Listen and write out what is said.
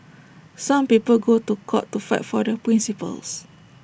some people go to court to fight for their principles